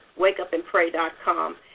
wakeupandpray.com